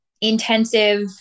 intensive